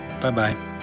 Bye-bye